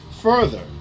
further